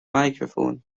microphone